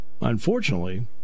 unfortunately